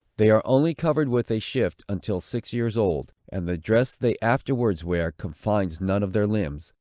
they are only covered with a shift until six years old and the dress they afterwards wear confines none of their limbs,